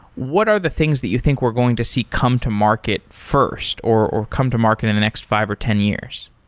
what are the things that you think we're going to see come to market first or or come to market in the next five or ten years?